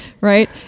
Right